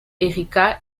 erika